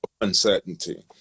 uncertainty